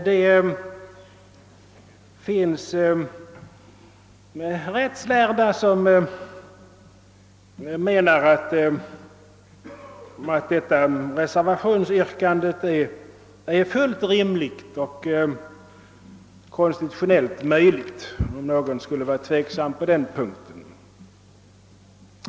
Men det finns framstående rättslärda som menar att detta reservationsyrkande är fullt rimligt och konstitutionellt möjligt, vilket jag vill framhålla för den händelse någon skulle vara tveksam på den punkten.